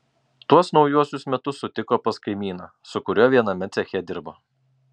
tuos naujuosius metus sutiko pas kaimyną su kuriuo viename ceche dirbo